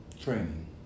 training